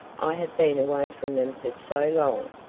i have been away from them for so long.